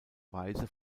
weise